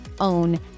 own